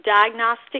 diagnostic